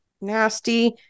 nasty